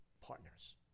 partners